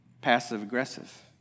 passive-aggressive